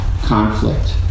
conflict